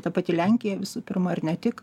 ta pati lenkija visų pirma ir ne tik